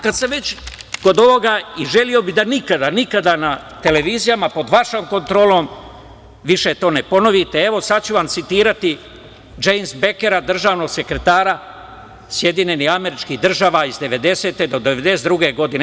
Kad sam već kod ovoga i želeo bih da nikada, nikada na televizijama pod vašom kontrolom više to ne ponovite, evo, sad ću vam citirati Džejms Bejkera, državnog sekretara SAD, iz 1990-1992. godine.